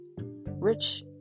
rich